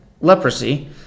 leprosy